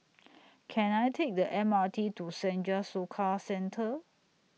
Can I Take The M R T to Senja Soka Centre